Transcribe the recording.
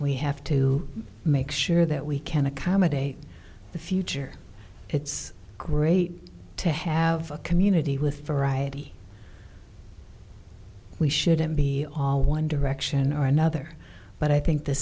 we have to make sure that we can accommodate the future it's great to have a community with variety we shouldn't be all one direction or another but i think the